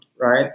right